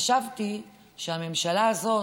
חשבתי שהממשלה הזאת,